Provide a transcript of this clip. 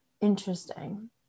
Interesting